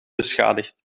beschadigd